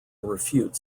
refute